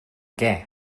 què